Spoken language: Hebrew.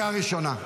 קריאה ראשונה.